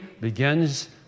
begins